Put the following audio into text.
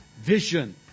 vision